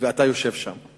ואתה יושב שם.